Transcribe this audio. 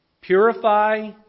Purify